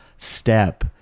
step